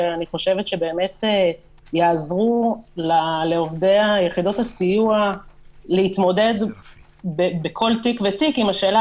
שאני חושבת שיעזרו לעובדי יחידות הסיוע להתמודד בכל תיק ותיק עם השאלה